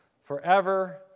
forever